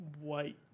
white